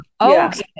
Okay